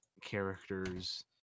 characters